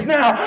now